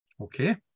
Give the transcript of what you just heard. Okay